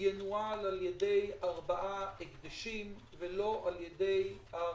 ינוהל על ידי ארבעה הקדשים ולא על ידי הריבון.